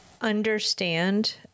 understand